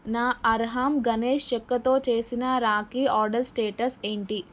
నా అర్హమ్ గణేష్ చెక్కతో చేసిన రాఖీ ఆర్డర్ స్టేటస్ ఏంటి